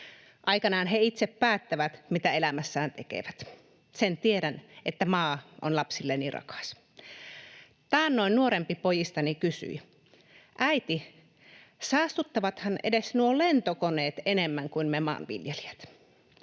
Aikanaan he itse päättävät, mitä elämässään tekevät. Sen tiedän, että maa on lapsilleni rakas. Taannoin nuorempi pojistani kysyi: ”Äiti, saastuttavathan edes nuo lentokoneet enemmän kuin me maanviljelijät?”